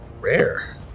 Rare